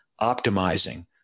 optimizing